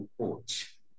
coach